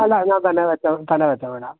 അല്ല അതിനകത്ത് തന്നെ വച്ചതാണ്